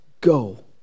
go